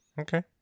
Okay